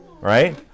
right